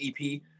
ep